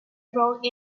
brought